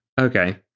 okay